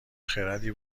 خردی